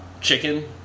chicken